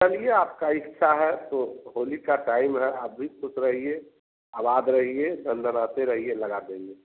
चलिए आपकी इच्छा है तो होली का टाइम है आप भी ख़ुश रहिए आबाद रहिए धनदनाते रहिए लगा देंगे